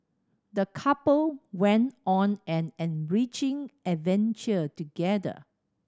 the couple went on an enriching adventure together